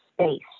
space